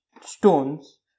stones